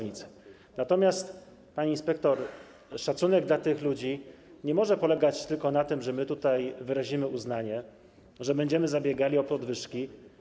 Natomiast, pani inspektor, szacunek dla tych ludzi nie może polegać tylko na tym, że tutaj wyrazimy uznanie, będziemy zabiegali o podwyżki.